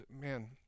man